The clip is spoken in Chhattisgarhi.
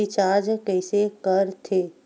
रिचार्ज कइसे कर थे?